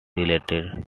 related